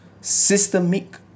systemic